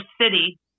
city